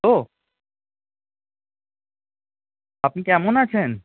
hello আপনি কেমন আছেন